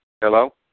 Hello